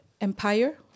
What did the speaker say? empire